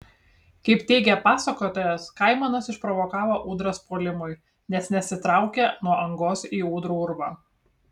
kaip teigia pasakotojas kaimanas išprovokavo ūdras puolimui nes nesitraukė nuo angos į ūdrų urvą